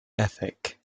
ethic